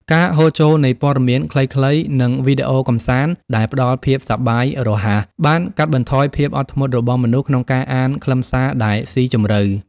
ការហូរចូលនៃព័ត៌មានខ្លីៗ និងវីដេអូកម្សាន្តដែលផ្ដល់ភាពសប្បាយរហ័ស បានកាត់បន្ថយភាពអត់ធ្មត់របស់មនុស្សក្នុងការអានខ្លឹមសារដែលស៊ីជម្រៅ។